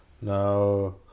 Now